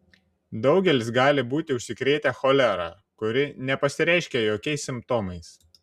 daugelis gali būti užsikrėtę cholera kuri nepasireiškia jokiais simptomais